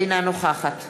אינה נוכחת